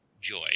joy